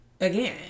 again